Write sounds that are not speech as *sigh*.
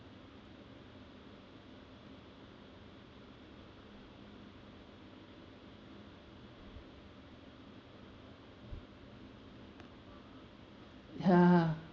*laughs*